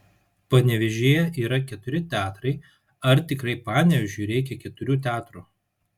panevėžyje yra keturi teatrai ar tikrai panevėžiui reikia keturių teatrų